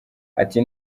ati